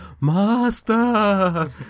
master